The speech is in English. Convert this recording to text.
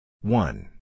One